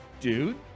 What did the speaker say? dude